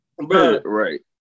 Right